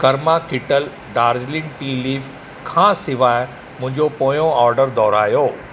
Karma Kettle Darjeeling tea leaf खां सिवाइ मुंहिंजो पोयों ऑर्डर दहुराइयो